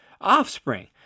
offspring